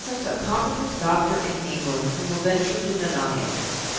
there isn't a competent doctor in england who will venture to deny it!